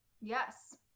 yes